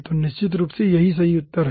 तो निश्चित रूप से यह सही उत्तर है